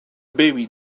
baby